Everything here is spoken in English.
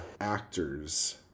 actors